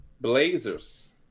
Blazers